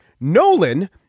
Nolan